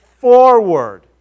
Forward